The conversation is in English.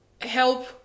help